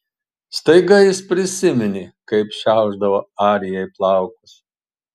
staiga jis prisiminė kaip šiaušdavo arijai plaukus